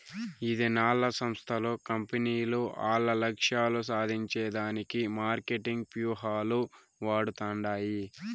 ఈదినాల్ల సంస్థలు, కంపెనీలు ఆల్ల లక్ష్యాలు సాధించే దానికి మార్కెటింగ్ వ్యూహాలు వాడతండాయి